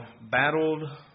Battled